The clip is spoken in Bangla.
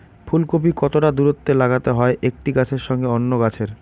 ফুলকপি কতটা দূরত্বে লাগাতে হয় একটি গাছের সঙ্গে অন্য গাছের?